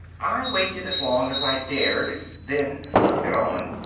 i waited as long as i dared, then flipped it on.